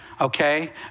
okay